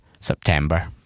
September